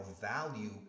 value